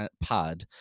pod